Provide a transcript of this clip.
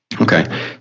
Okay